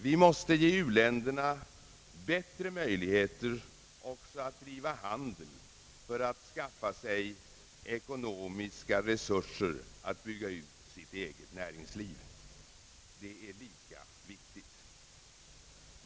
Vi måste ge u-länderna bättre möjligheter att driva handel för att skaffa sig ekonomiska resurser att bygga ut sitt eget näringsliv. Det är lika viktigt.